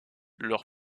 leur